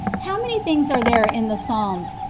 how many things are there in the psalms,